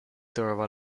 trova